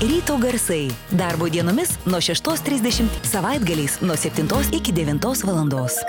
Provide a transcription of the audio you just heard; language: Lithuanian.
ryto garsai darbo dienomis nuo šeštos trisdešimt savaitgaliais nuo septintos iki devintos valandos